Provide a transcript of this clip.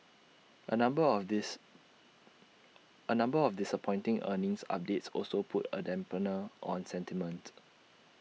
A number of dis A number of disappointing earnings updates also put A dampener on sentiment